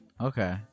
Okay